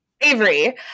Avery